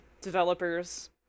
developers